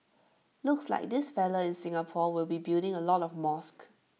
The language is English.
looks like this fellow in Singapore will be building A lot of mosques